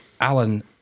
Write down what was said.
alan